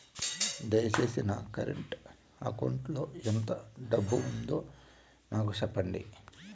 దయచేసి నా current account లో ఎంత డబ్బు ఉందో నాకు సెప్పండి